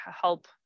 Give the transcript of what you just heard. help